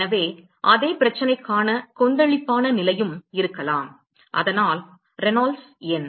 எனவே அதே பிரச்சனைக்கான கொந்தளிப்பான நிலையும் இருக்கலாம் அதனால் ரெனால்ட்ஸ் எண்